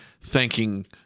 thanking